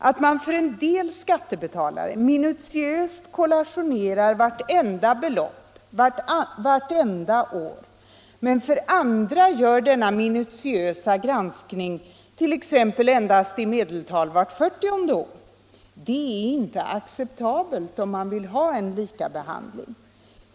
Att man för en del skattebetalare minutiöst kollationerar vartenda belopp vartenda år men för andra gör denna minutiösa granskning exempelvis endast i medeltal vart fyrtionde år är inte acceptabelt om man vill ha en likabehandling.